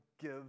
give